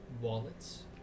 wallets